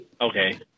Okay